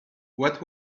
what